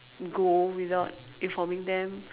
go without informing them